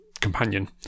companion